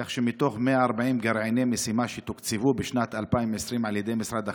כך שמתוך 140 גרעיני משימה שתוקצבו בשנת 2020 על ידי משרד החקלאות,